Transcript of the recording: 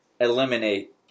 eliminate